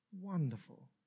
Wonderful